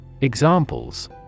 Examples